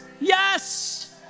Yes